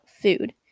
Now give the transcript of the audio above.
food